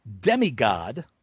Demigod